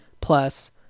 plus